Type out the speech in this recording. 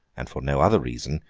and for no other reason,